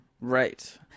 right